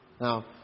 Now